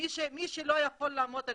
מי שלא יכול לעמוד על